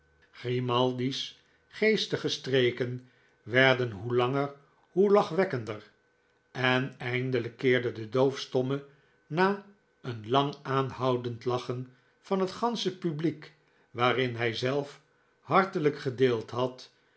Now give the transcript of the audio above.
grimaldi's geestige streken werden hoe langer hoe lachverwekkender en eindelijk keerde de doofstomme na een lang aangehouden lachen van het gansche publiek waarin hij zelf hartelijk gedeeld had